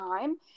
time